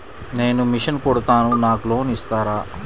నేను మిషన్ కుడతాను నాకు లోన్ ఇస్తారా?